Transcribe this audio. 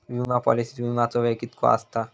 विमा पॉलिसीत विमाचो वेळ कीतको आसता?